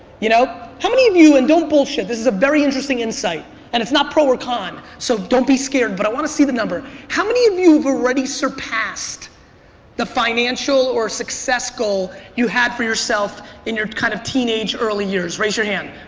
you know? how many of you and don't bullshit this is a very interesting insight and it's not pro or con so don't be scared but i want to see the number. how many of you have already surpassed the financial or success goal you had for yourself in your kind of teenage early years? raise your hand.